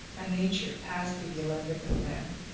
a nature passed through the alembic of man.